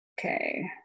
okay